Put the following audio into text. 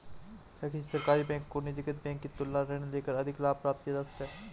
क्या किसी सरकारी बैंक से निजीकृत बैंक की तुलना में ऋण लेकर अधिक लाभ प्राप्त किया जा सकता है?